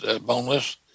boneless